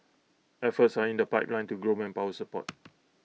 efforts are in the pipeline to grow manpower support